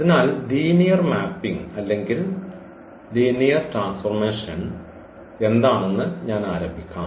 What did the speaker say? അതിനാൽ linear mapping അല്ലെങ്കിൽ linear transformation എന്താണെന്ന് ഞാൻ ആരംഭിക്കാം